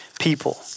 people